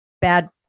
bad